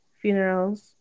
funerals